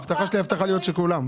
ההבטחה שלי היא הבטחה של כולם.